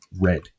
red